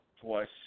twice